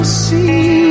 see